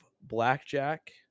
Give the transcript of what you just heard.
blackjack